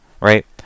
Right